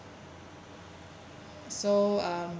so um